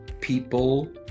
People